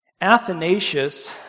Athanasius